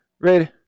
Ready